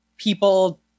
people